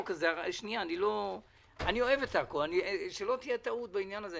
אני אוהב את עכו ושלא תהיה טעות בעניין הזה.